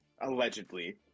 Allegedly